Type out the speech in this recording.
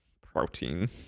Protein